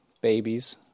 babies